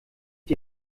die